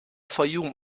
fayoum